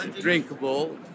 drinkable